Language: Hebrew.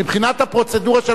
מבחינת הפרוצדורה,